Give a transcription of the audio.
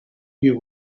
you